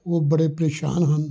ਉਹ ਬੜੇ ਪਰੇਸ਼ਾਨ ਹਨ